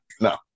no